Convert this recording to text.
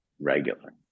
regular